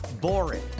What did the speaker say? boring